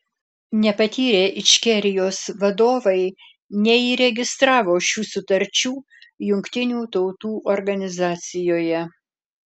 nepatyrę ičkerijos vadovai neįregistravo šių sutarčių jungtinių tautų organizacijoje